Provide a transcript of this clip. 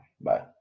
Bye